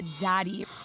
Daddy